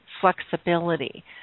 flexibility